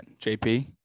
JP